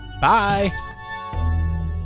Bye